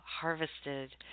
harvested